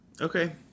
Okay